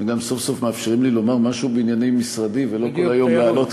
וגם סוף-סוף מאפשרים לי לומר משהו בענייני משרדי ולא כל היום לעלות